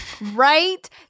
Right